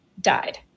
died